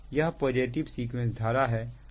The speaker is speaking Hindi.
यह पॉजिटिव सीक्वेंस धारा है